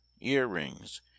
ear-rings